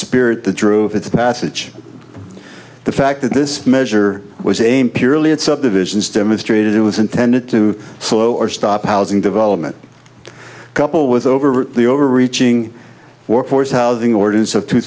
spirit that drove its passage the fact that this measure was aimed purely it's up divisions demonstrated it was intended to slow or stop housing development couple with over the over reaching workforce housing ordinance of two